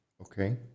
Okay